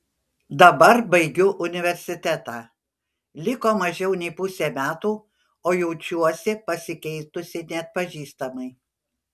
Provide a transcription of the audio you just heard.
dabar baigiu universitetą liko mažiau nei pusė metų o jaučiuosi pasikeitusi neatpažįstamai